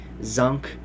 Zunk